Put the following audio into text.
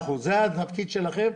זה התפקיד שלכם.